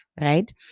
right